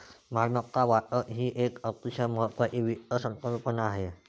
मालमत्ता वाटप ही एक अतिशय महत्वाची वित्त संकल्पना आहे